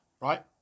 right